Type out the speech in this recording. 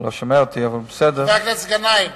לא שומע אותי, אבל בסדר, חבר הכנסת גנאים,